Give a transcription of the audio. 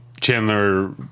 Chandler